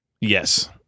Yes